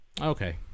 Okay